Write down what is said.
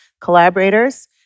collaborators